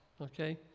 okay